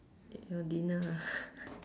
your dinner ah